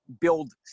build